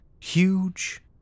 huge